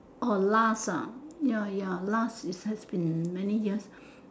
orh last ah ya ya last is has been many years